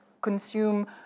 consume